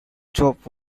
chop